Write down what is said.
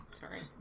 sorry